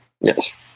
Yes